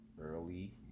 early